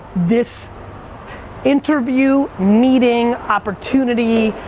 this interview, meeting, opportunity,